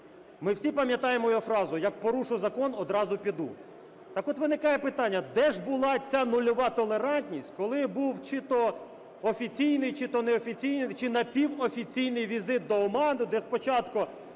Ми всі пам'ятаємо його фразу: як порушу закон, одразу піду. Так от виникає питання: де ж була ця нульова толерантність, коли був чи то офіційний, чи то неофіційний, чи напівофіційний візит до Оману, де спочатку